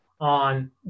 on